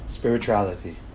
Spirituality